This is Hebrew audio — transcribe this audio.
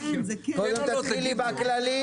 קודם תתחילי בכללי.